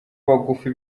bagufi